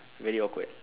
very awkward